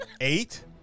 Eight